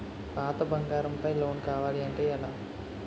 పాత బంగారం పై లోన్ కావాలి అంటే ఎలా?